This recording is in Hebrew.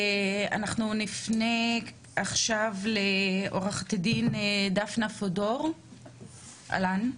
אנחנו נפנה עכשיו לעוה"ד דפנה פודור, אהלן.